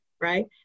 right